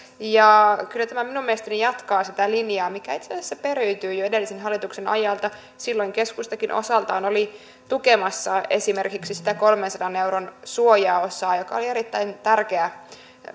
ja kyllä tämä minun mielestäni jatkaa sitä linjaa mikä itse asiassa periytyy jo edellisen hallituksen ajalta silloin keskustakin osaltaan oli tukemassa esimerkiksi sitä kolmensadan euron suojaosaa joka oli erittäin tärkeä